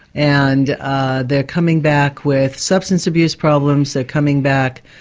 and ah they're coming back with substance abuse problems, they're coming back,